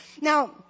Now